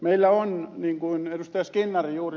meillä on niin kuin ed